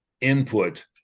input